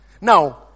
now